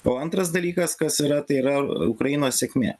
o antras dalykas kas yra tai yra ukrainos sėkmė